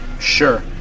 Sure